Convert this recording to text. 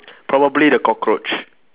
probably the cockroach